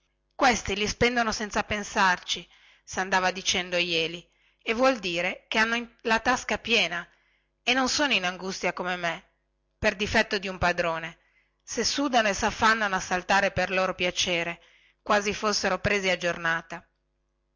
costoro li spendono senza pensarci sandava dicendo jeli e vuol dire che hanno la tasca piena e non sono in angustia come me per difetto di un padrone se sudano e saffannano a saltare per loro piacere